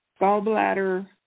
gallbladder